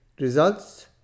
results